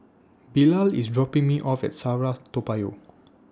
Bilal IS dropping Me off At SAFRA Toa Payoh